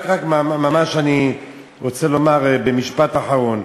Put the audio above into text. אני רק רוצה לומר ממש במשפט אחרון,